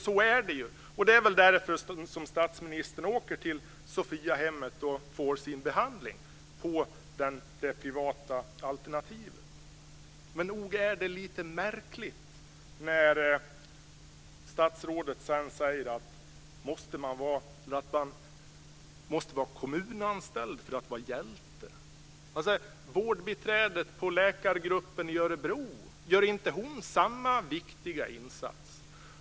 Så är det, och det är väl därför som statsministern åker till Sophiahemmet och får sin behandling på det privata alternativet. Men nog är det lite märkligt när statsrådet sedan säger att man måste vara kommunanställd för att vara hjälte. Vårdbiträdet på Läkargruppen i Örebro, gör inte hon samma viktiga insats?